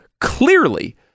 clearly